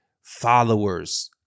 followers